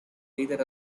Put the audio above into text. either